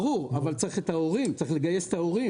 ברור, אבל צריך לגייס את ההורים.